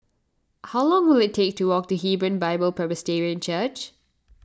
how long will it take to walk to Hebron Bible Presbyterian Church